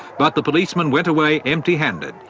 but the policemen went away empty-handed.